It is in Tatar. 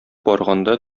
барганда